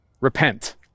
repent